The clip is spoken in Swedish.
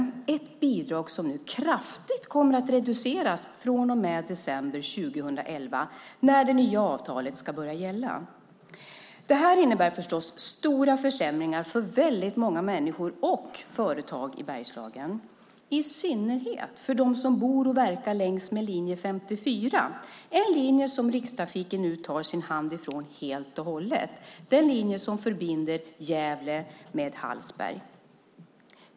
Det bidraget kommer att reduceras kraftigt från och med december 2011 när det nya avtalet ska börja gälla. Det innebär förstås stora försämringar för väldigt många människor och företag i Bergslagen, i synnerhet för dem som bor och verkar längs med linje 54. Det är en linje som Rikstrafiken nu tar sin hand ifrån helt och hållet. Den linjen förbinder Gävle med Hallsberg.